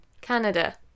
Canada